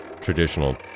traditional